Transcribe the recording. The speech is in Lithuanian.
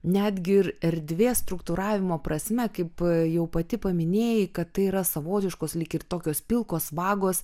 netgi ir erdvės struktūravimo prasme kaip jau pati paminėjai kad tai yra savotiškos lyg ir tokios pilkos vagos